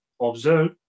observe